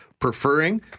preferring